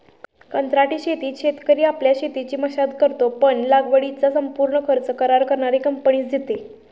कंत्राटी शेतीत शेतकरी आपल्या शेतीची मशागत करतो, पण लागवडीचा संपूर्ण खर्च करार करणारी कंपनीच देते